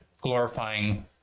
glorifying